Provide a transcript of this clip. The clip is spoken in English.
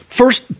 first